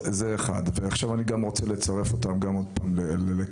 אני גם רוצה לצרף אותם לכאן,